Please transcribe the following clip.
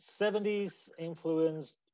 70s-influenced